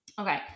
Okay